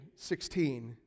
16